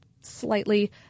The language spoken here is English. slightly